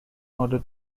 order